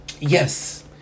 Yes